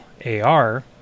AR